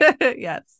Yes